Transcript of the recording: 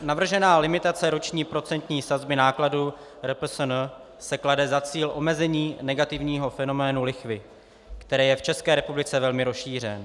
Navržená limitace roční procentní sazby nákladů RPSN si klade za cíl omezení negativního fenoménu lichvy, který je v České republice velmi rozšířený.